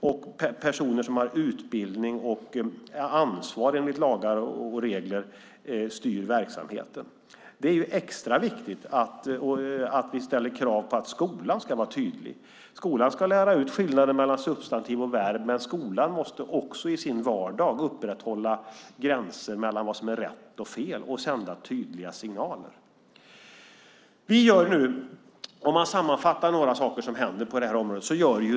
Och det är personer som har utbildning och ansvar enligt lagar och regler som styr verksamheten. Det är extra viktigt att vi ställer krav på att skolan ska vara tydlig. Skolan ska lära ut skillnaden mellan substantiv och verb, men skolan måste också i sin vardag upprätthålla gränser mellan vad som är rätt och fel och sända tydliga signaler. Man kan sammanfatta några saker som händer på det här området.